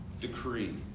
decree